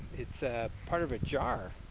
its ah part of a jar,